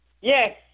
Yes